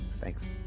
thanks